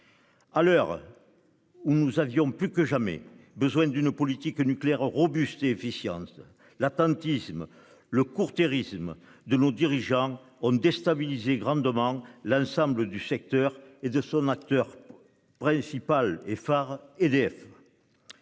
À l'heure. Où nous avions plus que jamais besoin d'une politique nucléaire robuste efficience l'attentisme le court-termisme, de nos dirigeants ont déstabilisé grandement l'ensemble du secteur et de son acteur principal et phare EDF.